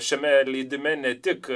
šiame leidime ne tik